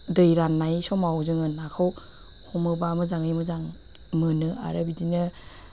दै राननाय समाव जोङो नाखौ हमोबा मोजाङै मोजां मोनो आरो बिदिनो